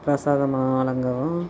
பிரசாதமாக வழங்கவும்